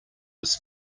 was